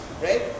right